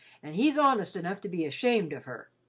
and he's honest enough to be ashamed of her.